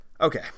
okay